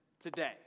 today